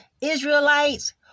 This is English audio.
Israelites